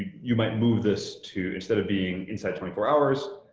you might move this to instead of being inside twenty four hours,